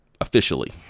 officially